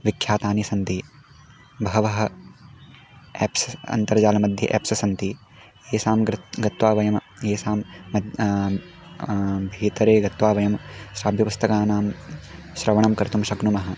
विख्यातानि सन्ति बहवः एप्स् अन्तर्जालमध्ये एप्स् सन्ति येषां गृहं गत्वा वयम् येषां मध्ये भीतरे गत्वा वयं श्राव्यपुस्तकानां श्रवणं कर्तुं शक्नुमः